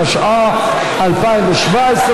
התשע"ח 2017,